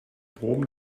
brom